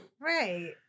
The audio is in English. Right